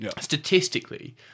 Statistically